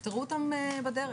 תפתרו אותם בדרך.